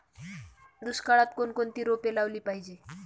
दुष्काळात कोणकोणती रोपे लावली पाहिजे?